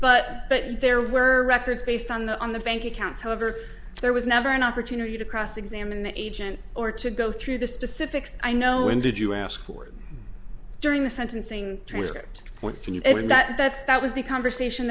themselves but there were records based on the on the bank accounts however there was never an opportunity to cross examine the agent or to go through the specifics i know when did you ask for during the sentencing transcript point can you open that that's that was the conversation